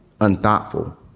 unthoughtful